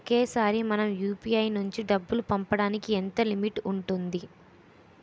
ఒకేసారి మనం యు.పి.ఐ నుంచి డబ్బు పంపడానికి ఎంత లిమిట్ ఉంటుంది?